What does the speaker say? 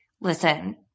listen